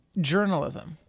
journalism